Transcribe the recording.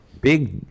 big